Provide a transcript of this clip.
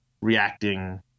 reacting